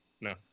no